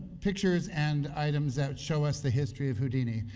pictures and items that show us the history of houdini.